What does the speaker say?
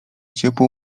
ciepło